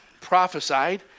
prophesied